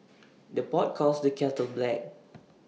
the pot calls the kettle black